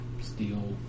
steel